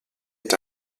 est